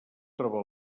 troba